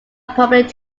prominent